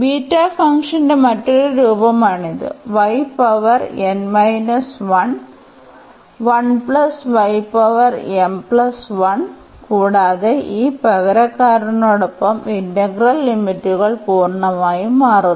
beta ഫംഗ്ഷന്റെ മറ്റൊരു രൂപമാണിത് y power n minus 1 1 plus y power m plus 1 കൂടാതെ ഈ പകരക്കാരനോടൊപ്പം ഇന്റഗ്രൽ ലിമിറ്റുകൾ പൂർണ്ണമായും മാറുന്നു